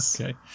Okay